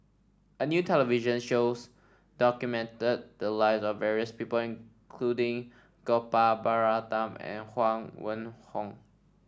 a new television shows documented the live of various people including Gopal Baratham and Huang Wenhong